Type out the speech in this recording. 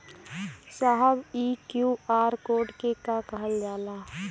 साहब इ QR code के के कहल जाला?